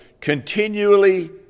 continually